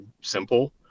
simple